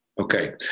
Okay